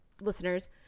listeners